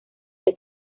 que